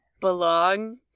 belong